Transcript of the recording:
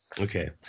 Okay